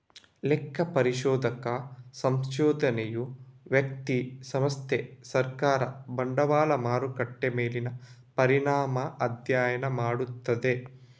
ಲೆಕ್ಕ ಪರಿಶೋಧಕ ಸಂಶೋಧನೆಯು ವ್ಯಕ್ತಿ, ಸಂಸ್ಥೆ, ಸರ್ಕಾರ, ಬಂಡವಾಳ ಮಾರುಕಟ್ಟೆ ಮೇಲಿನ ಪರಿಣಾಮ ಅಧ್ಯಯನ ಮಾಡ್ತದೆ